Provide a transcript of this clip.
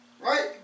Right